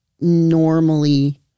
normally